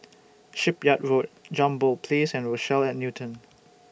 Shipyard Road Jambol Place and Rochelle At Newton